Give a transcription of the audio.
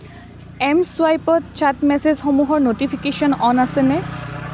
M চুৱাইপত chat মেছেজসমূহৰ notification on আছেনে